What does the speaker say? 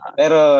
pero